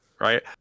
right